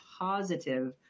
positive